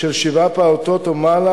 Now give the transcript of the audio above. של שבעה פעוטות ומעלה,